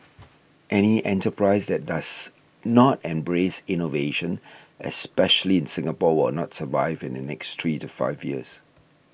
any enterprise that does not embrace innovation especially in Singapore will not survive in the next three to five years